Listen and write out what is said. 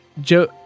Joe